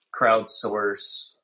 crowdsource